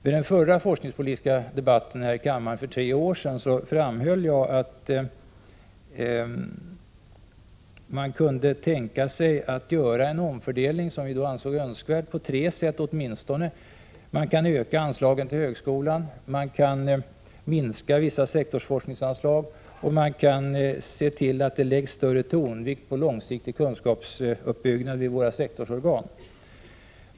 Vid den förra forskningspolitiska debatten här i kammaren för tre år sedan framhöll jag att man kunde tänka sig att göra en omfördelning, som vi då ansåg önskvärd, på åtminstone tre sätt. Man kan öka anslagen till högskolan, man kan minska vissa sektorsforskningsanslag och man kan se till att det läggs större vikt vid långsiktig kunskapsuppbyggnad i sektorsorganen.